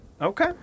Okay